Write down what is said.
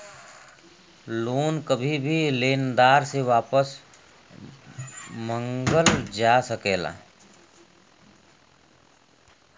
loan कभी भी लेनदार से वापस मंगल जा सकला